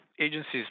agencies